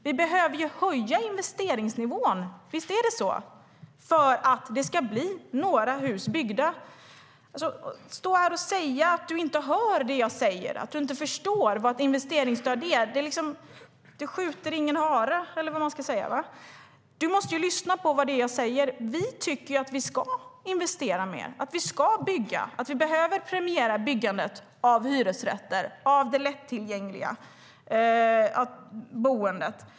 Vi behöver höja investeringsnivån - visst är det så - för att det ska bli några hus byggda. Står du här och säger att du inte hör det jag säger och att du inte förstår vad ett investeringsstöd är skjuter du ingen hare, eller vad man ska säga. Du måste lyssna på vad det är jag säger. Vi tycker att vi ska investera mer, att vi ska bygga och att vi behöver premiera byggandet av hyresrätter, av det lättillgängliga boendet.